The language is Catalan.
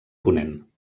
ponent